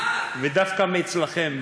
ודווקא אצלכם,